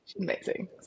amazing